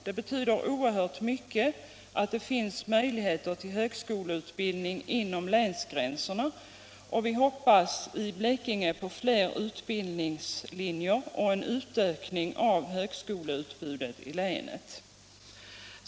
Det betyder oerhört mycket att det finns möjligheter till högskoleutbildning inom länsgränserna, och vi hoppas i Blekinge på fler utbildningslinjer och en utökning av högskoleutbudet i länet.